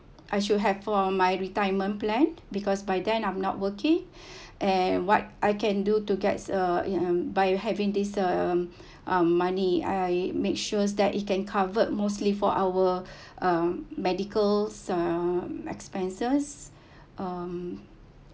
I should have for my retirement plan because by then I'm not working and what I can do to get uh in by having this um um money I make sure that it can covered mostly for our uh medical uh um expenses um